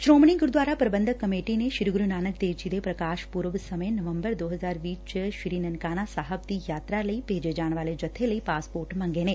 Shiromani Gurdwara Prabandhak committee ਨੇ ਸ੍ਰੀ ਗੁਰੁ ਨਾਨਕ ਦੇਵ ਜੀ ਦੇ ਪ੍ਰਕਾਸ਼ ਪੁਰਬ ਸਮੇਂ ਨਵੰਬਰ ਵਿਚ ਸ੍ਰੀ ਨਨਕਾਣਾ ਸਾਹਿਬ ਦੀ ਯਾਤਰਾ ਲਈ ਭੇਜੇ ਜਾਣ ਵਾਲੇ ਜਥੇ ਲਈ ਪਾਸਪੋਰਟ ਮੰਗੇ ਨੇ